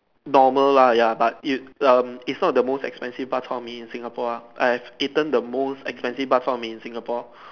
normal lah ya but it um it's not the most expansive bak-chor-mee in Singapore ah I have eaten the most expensive bak-chor-mee in Singapore